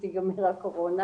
בזום,